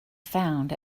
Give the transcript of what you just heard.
found